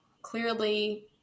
clearly